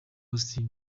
austin